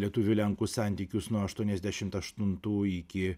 lietuvių lenkų santykius nuo aštuoniasdešimt aštuntų iki